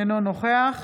אינו נוכח